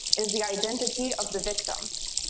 is the identity of the victims.